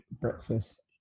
Breakfast